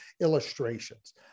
illustrations